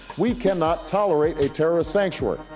we cannot tolerate a terrorist sanctuary.